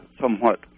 somewhat